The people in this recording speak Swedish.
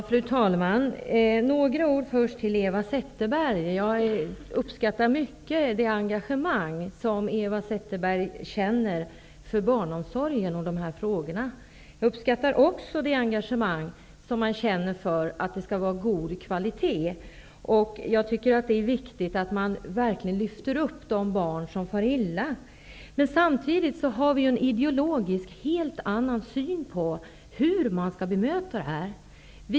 Fru talman! Först några ord till Eva Zetterberg. Jag uppskattar mycket det engagemang som Eva Zetterberg känner för barnomsorgen. Jag uppskattar också det engagemang som man känner för att det skall vara god kvalitet. Jag tycker att det är viktigt att verkligen lyfta fram de barn som far illa. Samtidigt har vi ideologiskt helt annan syn på hur man skall bemöta det här.